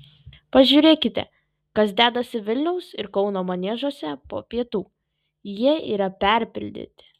pažiūrėkite kas dedasi vilniaus ir kauno maniežuose po pietų jie yra perpildyti